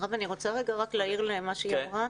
רם, אני רוצה רגע להעיר על מה שהיא אמרה.